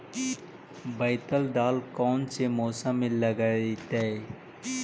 बैतल दाल कौन से मौसम में लगतैई?